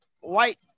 White